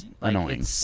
annoying